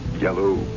Yellow